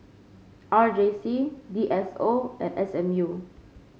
R J C D S O and S M U